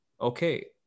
okay